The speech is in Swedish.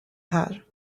här